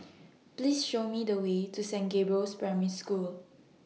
Please Show Me The Way to Saint Gabriel's Primary School